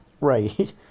Right